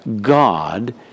God